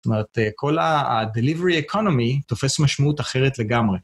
זאת אומרת, כל ה-delivery economy תופס משמעות אחרת לגמרי.